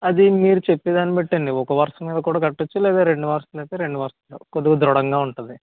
అది మీరు చెప్పేదాన్ని బట్టే అండి ఒక వరుస మీద కూడా కట్టచ్చు లేదంటే రెండు వరసలు అయితే రెండు వరసలు కొద్దిగ ధృడంగా ఉంటుంది